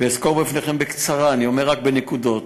אסקור בפניכם בקצרה, אני אומר רק בנקודות,